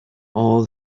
all